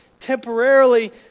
temporarily